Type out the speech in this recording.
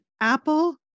apple